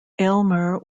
aylmer